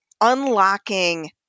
unlocking